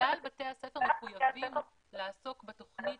שכלל בתי הספר מחויבים לעסוק בתוכנית.